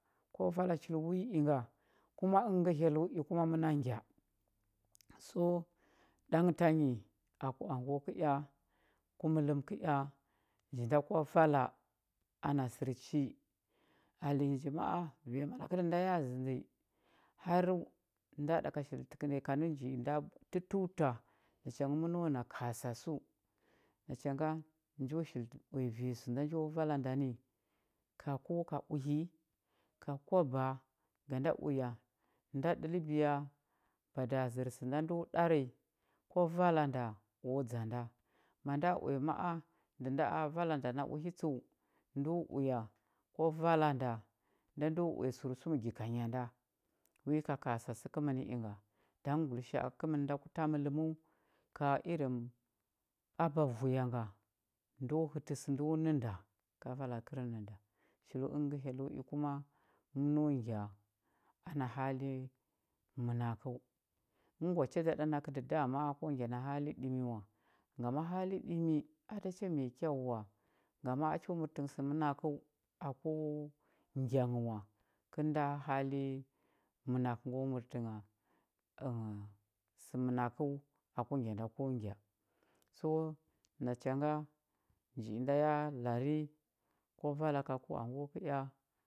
Ko vala chul wi inga kuma əngə ngə hyello i kuma məna ngya so ɗang tanyi ku anguwa kəea ku mələm kəea nji nda kwa vala ana sər chi alenya nji ma a vanya malakə da da ya zəndi haru nda ɗaka shili təkənda nyi ka nji inda təuta nacha ngə məno a kasassu nacha ga njo shili uya vanya sə nda njo vala nda ni ka ko ka uhi ka kwaba ga da uya nda ɗəlbiya bada zər sə da ndo ɗari kwa vala nda o dza nda ma nda uya ma a ndə nda vala nda na uhi tsəu ndo uya kwa vala nda nda ndo uya sərsum gyaka nya nda wi ka kasassu kəmən inga ɗang ngulisha a kəmən nda ku ta mələməu ka iring aba vuya nga ndo hətə sə ndo nən nda ka vala kərnənda so əngə ngə hyello i kuma məno gya ana hali mənakəu əngwa cha da ɗa nakə ndə dama ko ngya na hali ɗimi wa ngama hali ɗimi a da cha mai kyau wa ngama a ho mərtə nghə sə ənakəu aku ngya nghə wa kəl nda hali ənakə ngo mərtə nghə sə mənakəu aku ngya da ko ngya so nacha nga nji inda y lari kwa vala ka ku anguwa kəea,